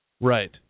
Right